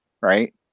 right